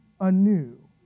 anew